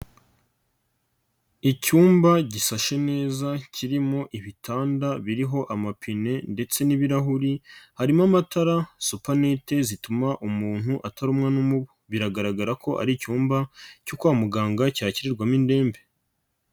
Icyumba gisashe neza kirimo ibitanda biriho amapine ndetse n'ibirahuri, harimo amatara, supanete zituma umuntu atarumwa n'umubu, biragaragara ko ari icyumba cyo kwa muganga cyakirirwamo indembe.